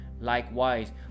Likewise